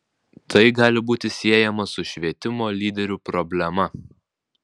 tai gali būti siejama su švietimo lyderių problema